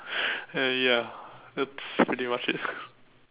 uh ya that's pretty much it